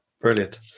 brilliant